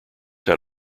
had